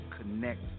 connect